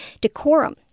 Decorum